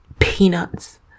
Peanuts